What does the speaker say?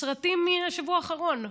סרטים מהשבוע האחרון,